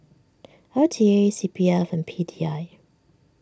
L T A C P F and P D I